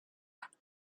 eight